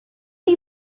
chi